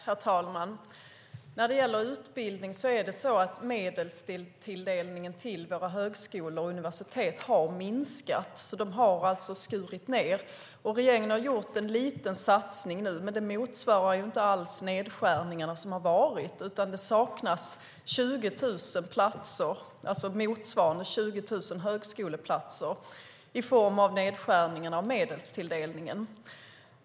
Herr talman! När det gäller utbildning har medelstilldelningen till våra högskolor och universitet minskat. Medlen har alltså skurits ned. Regeringen har nu gjort en liten satsning, men den motsvarar inte alls de nedskärningar som har gjorts. Det saknas motsvarande 20 000 högskoleplatser när det gäller nedskärningar och medelstilldelning.